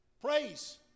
praise